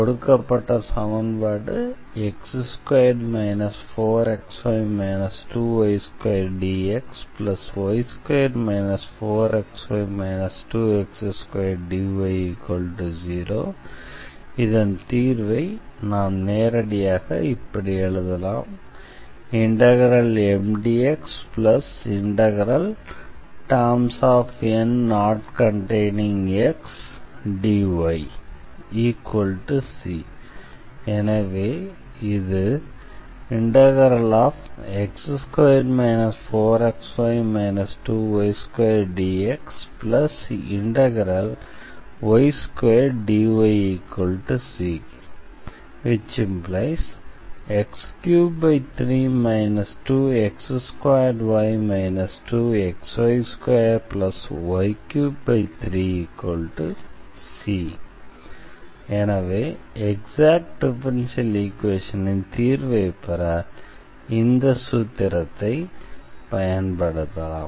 கொடுக்கப்பட்ட சமன்பாடு x2 4xy 2y2dxy2 4xy 2x2dy0 இதன் தீர்வை நாம் நேரடியாக இப்படி எழுதலாம் MdxtermofNnotcontainingxdyc எனவே இது x2 4xy 2y2dxy2dyc ⟹x33 2x2y 2xy2y33c எனவே எக்ஸாக்ட் டிஃபரன்ஷியல் ஈக்வேஷனின் தீர்வைப் பெற இந்த சூத்திரத்தைப் பயன்படுத்தலாம்